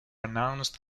announced